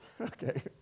Okay